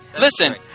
Listen